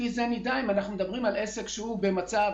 לפי זה נדע אם אנחנו מדברים על עסק שהוא במצב